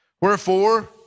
Wherefore